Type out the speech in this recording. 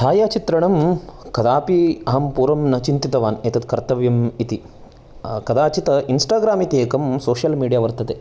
छायाचित्रणं कदापि अहं पूर्वं न चिन्तितवान् एतत् कर्तव्यम् इति कदाचित् इण्स्टाग्राम् इति एकं सोश्यल् मीडिया वर्तते